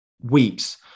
weeks